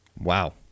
wow